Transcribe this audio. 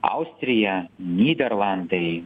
austrija nyderlandai